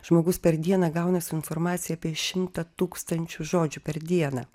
žmogus per dieną gauna su informacija apie šimtą tūkstančių žodžių per dieną